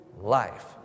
life